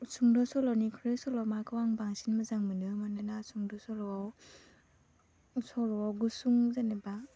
सुंद' सल'निख्रुइ सल'माखौ आं बांसिन मोजां मोनो मानोना सुंद' सल'आव सल'आव गुसुं जेनेबा